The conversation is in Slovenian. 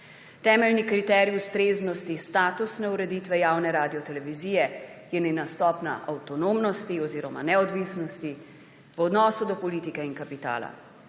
Temeljni kriterij ustreznosti statusne ureditve javne radiotelevizije je njena stopnja avtonomnosti oziroma neodvisnosti v odnosu do politike in kapitala.